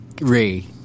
Ray